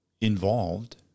involved